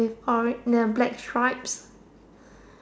with oran the black stripes